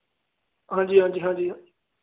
ਹਾਂਜੀ ਹਾਂਜੀ ਹਾਂਜੀ